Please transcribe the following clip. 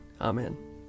Amen